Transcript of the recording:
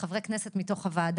של חברי כנסת מתוך הוועדה,